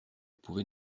pouvait